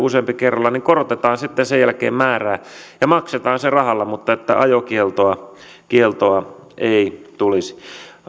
useampi kerralla niin korotetaan sitten sen jälkeen määrää ja maksetaan se rahalla mutta että ajokieltoa ajokieltoa ei tulisi